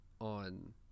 on